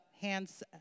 hands